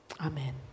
Amen